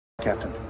Captain